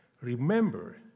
remember